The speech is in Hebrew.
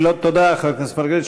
תודה לחבר הכנסת מרגלית.